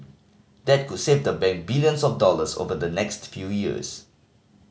that could save the bank billions of dollars over the next few years